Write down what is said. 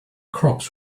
crops